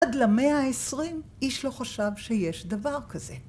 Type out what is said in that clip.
עד למאה העשרים איש לא חשב שיש דבר כזה.